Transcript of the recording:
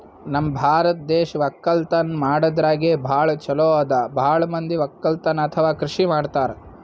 ನಮ್ ಭಾರತ್ ದೇಶ್ ವಕ್ಕಲತನ್ ಮಾಡದ್ರಾಗೆ ಭಾಳ್ ಛಲೋ ಅದಾ ಭಾಳ್ ಮಂದಿ ವಕ್ಕಲತನ್ ಅಥವಾ ಕೃಷಿ ಮಾಡ್ತಾರ್